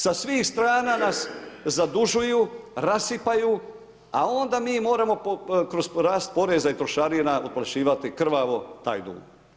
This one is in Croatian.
Sa svih strana nas zadužuju, rasipaju, a onda mi moramo kroz rast poreza i trošarina otplaćivati krvavo taj dug.